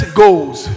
goals